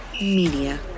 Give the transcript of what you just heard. Media